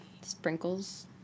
Sprinkles